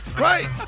Right